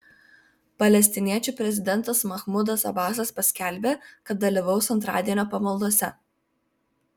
palestiniečių prezidentas mahmudas abasas paskelbė kad dalyvaus antradienio pamaldose